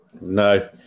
No